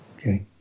Okay